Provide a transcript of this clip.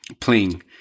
playing